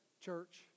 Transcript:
church